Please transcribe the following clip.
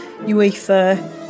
uefa